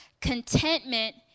Contentment